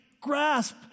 grasp